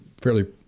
fairly